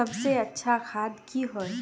सबसे अच्छा खाद की होय?